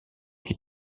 qui